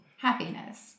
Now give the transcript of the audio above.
happiness